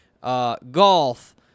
golf